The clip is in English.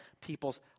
people's